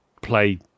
play